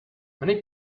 many